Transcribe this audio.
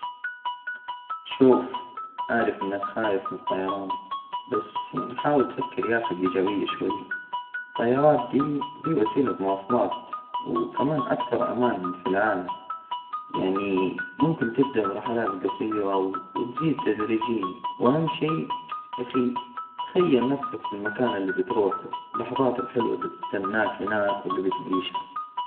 شوف، أعرف إنك خايف من الطيران، بس يعني حاول تفكر يا أخي بإيجابية شوية، الطيارات دي- دي وسيلة مواصلات، وكمان أكثر أمان في العالم، يعني ممكن تبدأ برحلات جصيرة وتزيد تدريجيا، وأهم شي يا أخي تخيل نفسك في المكان اللي بتروحله، اللحظات الحلوة اللي بتستناك هناك، واللي بتعيشها.